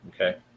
Okay